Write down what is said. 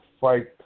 fight